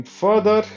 further